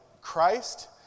Christ